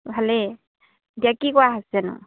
ভালেই এতিয়া কি কৰা হৈছেনো